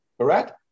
correct